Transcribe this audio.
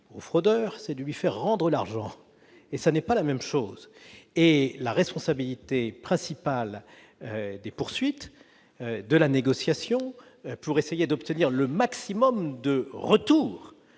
au fraudeur mais de lui faire rendre l'argent, ce qui n'est pas la même chose ! La responsabilité principale des poursuites ou de la négociation destinée à obtenir un maximum de retours